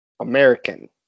American